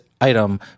item